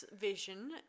vision